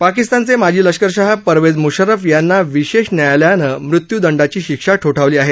पाकिस्तानचे माजी लष्करशाह परवेज म्शर्रफ यांना विशेष न्यायालयानं मृत्यूदंडाची शिक्षा ठोठावली आहे